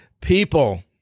people